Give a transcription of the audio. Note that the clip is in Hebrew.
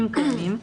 אם קיימים,